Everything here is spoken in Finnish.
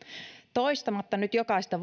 toistamatta nyt jokaista